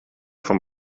vom